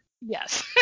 yes